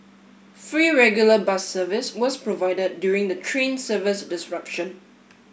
free regular bus service was provided during the train service disruption